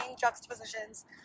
juxtapositions